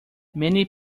many